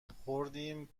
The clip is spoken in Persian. خوردیم